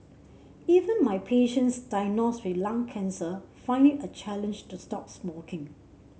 even my patients diagnosed with lung cancer find it a challenge to stop smoking